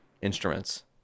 instruments